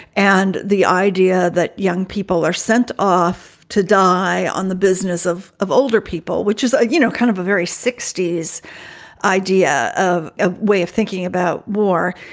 and the idea that young people are sent off to die on the business of of older people, which is, you know, kind of a very sixty s idea of a way of thinking about war.